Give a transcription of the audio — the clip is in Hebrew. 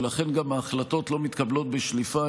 ולכן גם ההחלטות לא מתקבלות בשליפה,